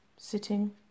sitting